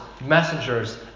messengers